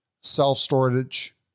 self-storage